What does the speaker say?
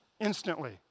instantly